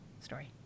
story